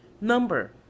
Number